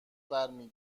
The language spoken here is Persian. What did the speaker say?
برمی